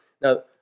now